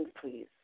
please